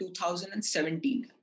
2017